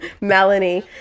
Melanie